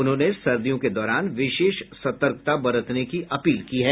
उन्होंने सर्दियों के दौरान विशेष सतर्कता बरतने की अपील की है